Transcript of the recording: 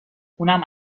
اونم